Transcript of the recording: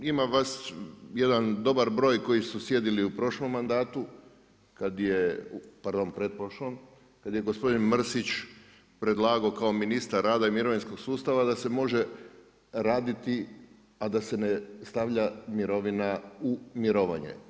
Ima vas jedan dobar broj koji su sjedili u prošlom mandatu, pardon pretprošlom, kad je gospodin Mrsić predlagao kao ministar rada i mirovinskog sustava da se može raditi a da se ne stavlja mirovina u mirovanje.